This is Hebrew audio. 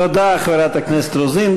תודה, חברת הכנסת רוזין.